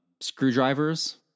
screwdrivers